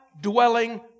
dwelling